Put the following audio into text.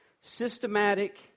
systematic